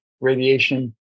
radiation